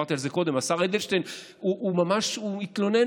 ודיברתי על זה קודם: השר אדלשטיין ממש התלונן